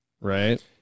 right